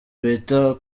bita